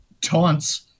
taunts